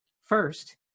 First